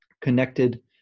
connected